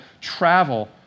travel